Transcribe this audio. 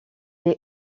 est